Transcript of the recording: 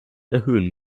erhöhen